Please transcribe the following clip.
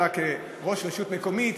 אתה כראש רשות מקומית,